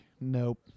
nope